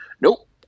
nope